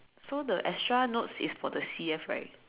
so the extra notes is for the C_F right